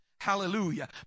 Hallelujah